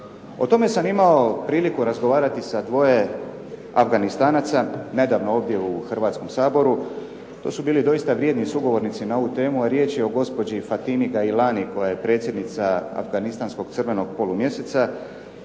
O tome sam imao priliku razgovarati sa dvoje Afganistanaca nedavno ovdje u Hrvatskom saboru. To su bili doista vrijedni sugovornici na ovu temu, a riječ je o gospođi Fatimi Gailani koja je predsjednica Afganistanskog Crvenog polumjeseca